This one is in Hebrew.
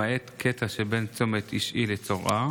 לתזוזה של דברים, זה גורם לגלים בתוך המשרד,